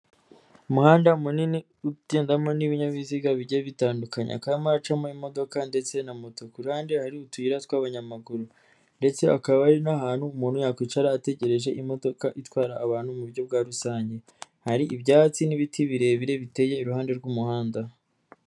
Umuhanda munini ugendamo n'ibinyabiziga bigiye bitandukanya, hakaba harimo acamo imodoka ndetse na moto, kuruhande hari utuyira tw'abanyamaguru ndetse hakaba hari ahantu umuntu yakwicara ategereje imodoka itwara abantu mu buryo bwa rusange, hari ibyatsi n'ibiti birebire biteye iruhande rw'umuhanda.